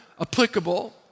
applicable